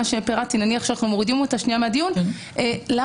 ש- -- נניח שאנחנו מורידים אותה שנייה מהדיון למה,